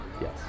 Yes